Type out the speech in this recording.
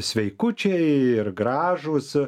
sveikučiai ir gražūs